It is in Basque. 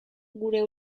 gure